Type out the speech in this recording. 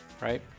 right